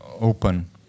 open